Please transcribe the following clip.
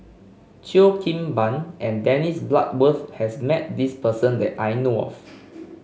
Cheo Kim Ban and Dennis Bloodworth has met this person that I know of